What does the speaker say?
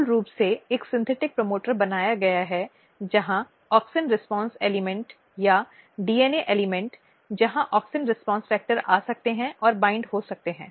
मूल रूप से एक सिंथेटिक प्रमोटर बनाया गया है जहां ऑक्सिन रीस्पॉन्स एलिमेंट या DNA एलिमेंट जहां ऑक्सिन रीस्पॉन्स फ़ैक्टर आ सकते हैं और वाइंड हो सकते हैं